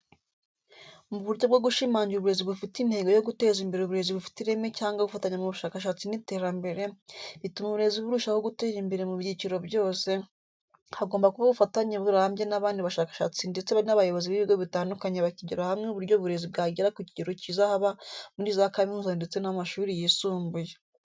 Mu buryo bwo gushimangira uburezi bufite intego yo guteza imbere uburezi bufite ireme cyangwa gufatanya mu bushakashatsi n’iterambere, bituma uburezi burushaho gutera imbere mu byiciro byose, hagomba kubaho ubufatanye burambye n'abandi bashakashatsi ndetse n'abayobozi b'ibigo bitandukanye bakigira hamwe uburyo uburezi bwagera ku kigero cyiza haba muri za kaminuza ndetse n'amashuri yisumbuye.